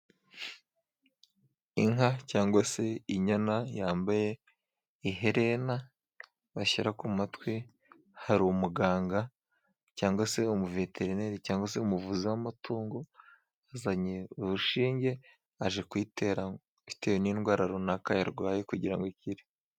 Inka cyangwa se inyana yambaye iherena bashyira ku matwi, hari umuganga cyangwa se umuveterineri cyangwa se umuvuzi w'amatungo, azanye urushinge aje kuyitera bitewe n'indwara runaka yarwaye kugira ngo ikire.